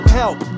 help